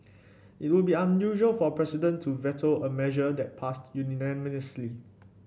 it would be unusual for a president to veto a measure that passed unanimously